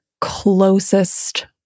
closest